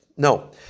no